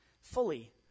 Fully